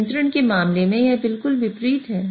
नियंत्रण के मामले में यह बिल्कुल विपरीत है